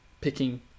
picking